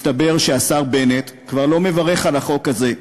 מסתבר שהשר בנט כבר לא מברך על החוק הזה,